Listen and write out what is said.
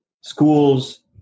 schools